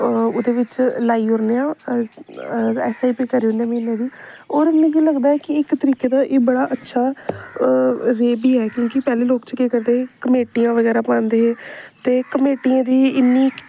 ओह्दे बिच लाई ओड़ने आं अस एस आई पी करी औने म्हीने दी होर मिगी लगदा कि इक तरीके दा एह् बड़ा अच्छा रे बी ऐ क्योंकि पैह्लें लोग च केह् करदे हे कमेटियां बगैरा पांदे हे ते कमेटियें दी इ'न्नी